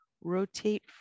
rotate